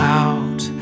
out